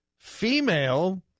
Female